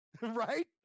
Right